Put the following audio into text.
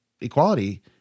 equality